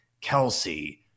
Kelsey